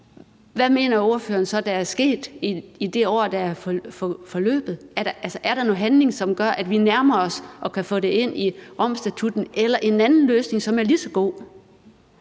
hvad mener ordføreren så der vil være sket i det år, der er forløbet? Er der noget handling, som gør, at vi nærmer os og kan få det ind i Romstatutten, eller er der en anden løsning, som er lige så god?